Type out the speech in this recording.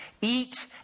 Eat